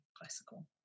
classical